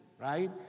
right